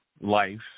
life